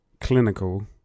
clinical